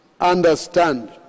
understand